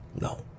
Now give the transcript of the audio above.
No